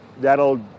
that'll